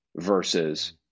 versus